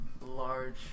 large